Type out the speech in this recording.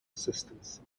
assistance